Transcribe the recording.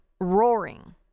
roaring